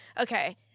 Okay